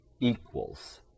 equals